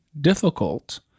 Difficult